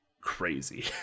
crazy